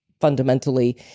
fundamentally